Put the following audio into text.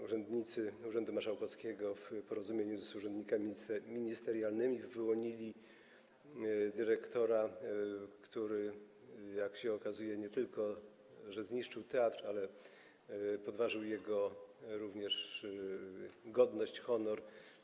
Urzędnicy urzędu marszałkowskiego w porozumieniu z urzędnikami ministerialnymi wyłonili dyrektora, który, jak się okazuje, nie tylko zniszczył teatr, ale także podważył jego godność, honor.